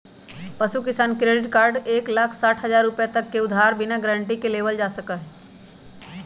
पशु किसान credit card में एक लाख साठ हजार रुपए तक के उधार बिना गारंटी के लेबल जा सका हई